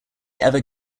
ever